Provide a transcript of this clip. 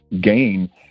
gain